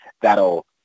that'll